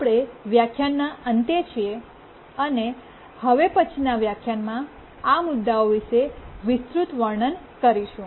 આપણે વ્યાખ્યાનના અંતે છીએ અને હવે પછીનાં વ્યાખ્યાનમાં આ મુદ્દાઓ વિશે વિસ્તૃત વર્ણન કરીશું